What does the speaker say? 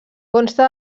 consta